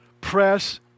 press